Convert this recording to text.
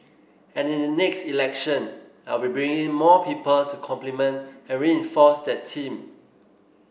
and in the next election I will be bringing in more people to complement and reinforce that team